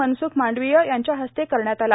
मनपुख मांडवीय यांच्या हस्ते करण्यात आला